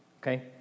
Okay